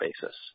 basis